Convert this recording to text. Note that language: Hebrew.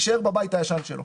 הוא יישאר בבית הישן שלו.